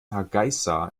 hargeysa